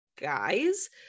guys